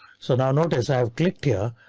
so now notice i've clicked here,